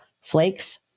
flakes